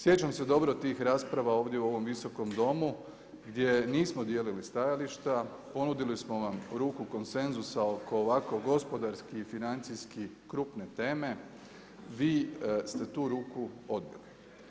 Sjećam se dobro tih rasprava ovdje u ovom Visokom domu gdje nismo dijelili stajališta, ponudili smo vam ruku konsenzusa oko ovako gospodarski i financijski krupne teme, vi ste tu ruku odbili.